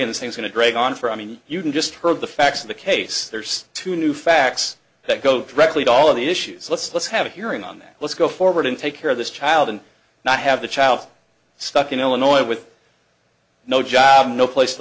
and things going to drag on for i mean you can just heard the facts of the case there's two new facts that go directly to all of the issues let's let's have a hearing on that let's go forward and take care of this child and not have the child stuck in illinois with no job no place to